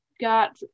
got